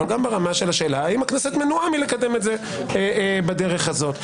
אבל גם ברמת השאלה האם הכנסת מנועה מלקדם את זה בדרך הזאת.